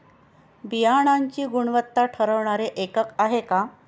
बियाणांची गुणवत्ता ठरवणारे एकक आहे का?